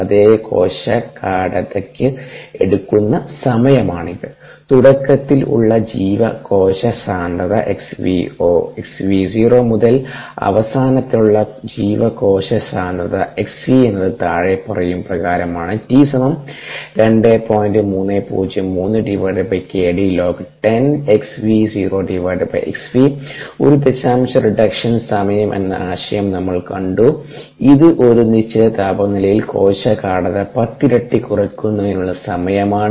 അതെ കോശ ഗാഢതയ്ക്ക് എടുക്കുന്ന സമയമാണിത് തുടക്കത്തിൽ ഉള്ള ജീവ കോശ സാന്ദ്രത 𝑥𝑣0 മുതൽ അവസാനത്തിലുള്ള ജീവ കോശ സാന്ദ്രത 𝑥𝑣 എന്നത് താഴെ പറയും പ്രകാരമാണ് ഒരു ദശാംശ റിഡക്ഷൻ സമയം എന്ന ആശയം നമ്മൾ കണ്ടു ഇത് ഒരു നിശ്ചിത താപനിലയിൽ കോശ ഗാഢത പത്തിരട്ടി കുറയ്ക്കുന്നതിനുള്ള സമയമാണ്